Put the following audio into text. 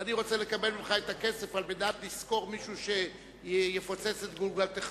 ואני רוצה לקבל ממך את הכסף על מנת לשכור מישהו שיפוצץ את גולגולתך,